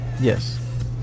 Yes